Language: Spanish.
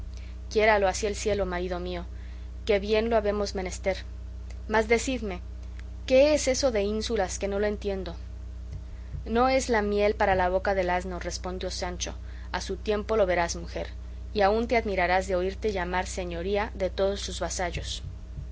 quiéralo así el cielo marido mío que bien lo habemos menester mas decidme qué es eso de ínsulas que no lo entiendo no es la miel para la boca del asno respondió sancho a su tiempo lo verás mujer y aun te admirarás de oírte llamar señoría de todos tus vasallos